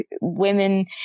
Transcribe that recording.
women